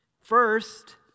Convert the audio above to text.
First